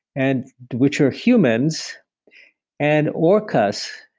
and which are humans and orcas,